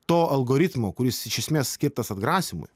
to algoritmo kuris iš esmės skirtas atgrasymui